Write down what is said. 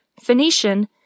Phoenician